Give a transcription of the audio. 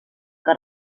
que